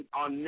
on